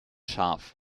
scharf